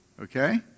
Okay